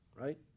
right